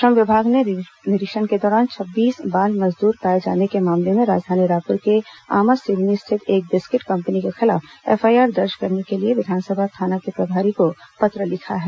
श्रम विभाग ने निरीक्षण के दौरान छब्बीस बाल मजदूर पाए जाने के मामले में राजधानी रायपूर के आमासिवनी स्थित एक बिस्किट कंपनी के खिलाफ एफआईआर दर्ज करने के लिए विधानसभा थाना के प्रभारी को पत्र लिखा है